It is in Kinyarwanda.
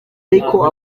ariko